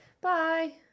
Bye